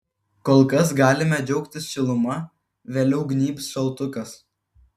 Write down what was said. kol kas galime džiaugtis šiluma vėliau gnybs šaltukas